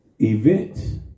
events